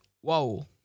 whoa